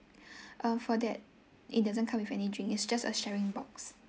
uh for that it doesn't come with any drink it's just a sharing box